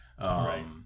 Right